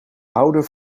houder